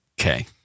Okay